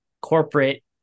corporate